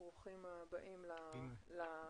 ברוכים הבאים לוועדה.